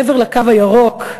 מעבר לקו הירוק,